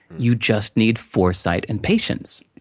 you just need foresight and patience.